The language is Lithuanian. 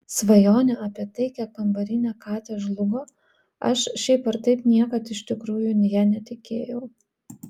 svajonė apie taikią kambarinę katę žlugo aš šiaip ar taip niekad iš tikrųjų ja netikėjau